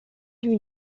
une